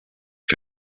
que